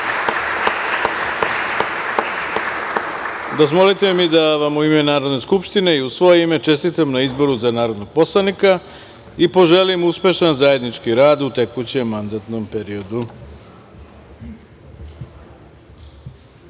zakletve. Dozvolite mi da vam u ime Narodne skupštine i u svoje ime, čestitam na izboru za narodnog poslanika i poželim uspešan zajednički rad, u tekućem mandatnom